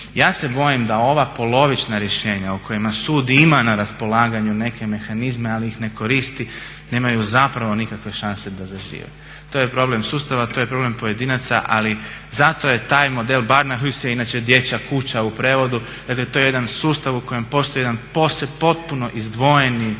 Ja se bojim da ova polovična rješenja o kojima sud ima na raspolaganju neke mehanizme, ali ih ne koristi, nemaju zapravo nikakve šanse da zažive. To je problem sustava, to je problem pojedinaca ali zato je taj model …/Govornik se ne razumije./… inače dječja kuća u prijevodu. Dakle to je jedan sustav u kojem postoji jedan potpuno izdvojeni